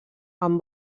amb